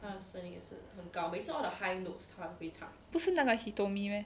不是那个 hitomi meh